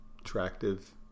Attractive